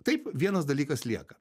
taip vienas dalykas lieka